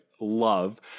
love